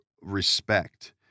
respect